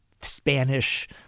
Spanish